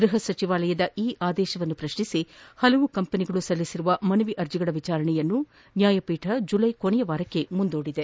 ಗೃಹ ಸಚಿವಾಲಯದ ಈ ಆದೇಶವನ್ನು ಪ್ರಶ್ನಿಸಿ ಹಲವು ಕಂಪನಿಗಳು ಸಲ್ಲಿಸಿರುವ ಮನವಿ ಅರ್ಜಿಗಳ ವಿಚಾರಣೆಯನ್ನು ನ್ಯಾಯಪೀಠ ಜುಲ್ಲೆ ಕೊನೆಯ ವಾರಕ್ಕೆ ಮುಂದೂಡಿದೆ